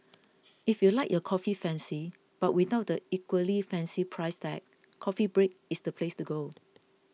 if you like your coffee fancy but without the equally fancy price tag Coffee Break is the place to go